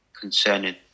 concerning